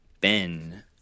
Ben